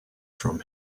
from